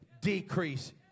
decrease